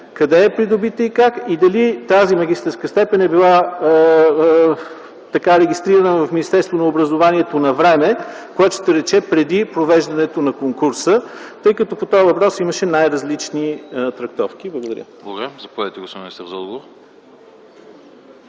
къде е придобита и как и дали тази магистърска степен е била регистрирана в Министерство на образованието навреме, което ще рече преди провеждането на конкурса, тъй като по този въпрос имаше най различни трактовки? Благодаря. ПРЕДСЕДАТЕЛ АНАСТАС АНАСТАСОВ: Благодаря.